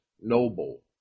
noble